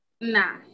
Nah